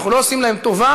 אנחנו לא עושים להם טובה,